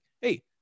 Hey